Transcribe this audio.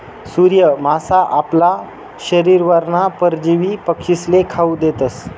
सूर्य मासा आपला शरीरवरना परजीवी पक्षीस्ले खावू देतस